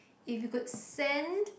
if you could send